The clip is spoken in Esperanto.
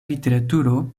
literaturo